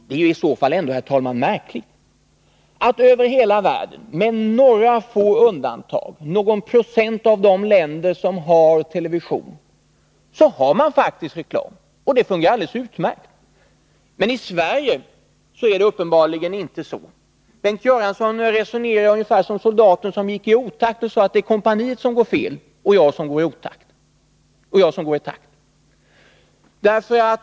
Det är i så fall ändå, herr talman, märkligt att i alla de länder över hela världen — med några få undantag — som har television, så finns det faktiskt reklam i TV, och det fungerar alldeles utmärkt. Men i Sverige skulle det uppenbarligen inte kunna vara så. Bengt Göransson resonerar ungefär som soldaten som gick i otakt och sade att det är kompaniet som går i otakt och jag som går i takt.